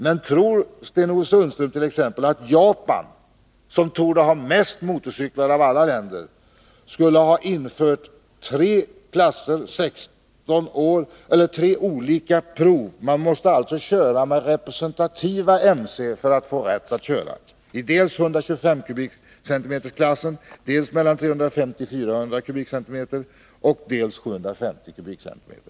Men vad tror Sten-Ove Sundström kan vara anledningen till att Japan, som torde ha flest motorcyklar av alla länder, har infört tre olika prov där man måste köra med representativa MC? Det gäller således klasserna 125 kubikcentimeter, 350-400 kubikcentimeter samt 750 kubikcentimeter.